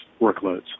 workloads